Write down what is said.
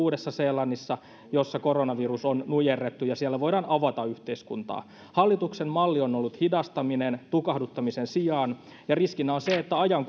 kuin uudessa seelannissa jossa koronavirus on nujerrettu ja voidaan avata yhteiskuntaa hallituksen malli on ollut hidastaminen tukahduttamisen sijaan ja riskinä on se että ajan